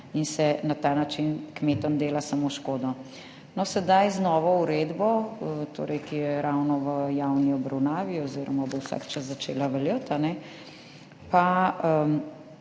in se na ta način kmetom dela samo škodo. Sedaj se z novo uredbo, ki je ravno v javni obravnavi oziroma bo vsak čas začela veljati,